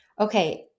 Okay